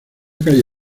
calle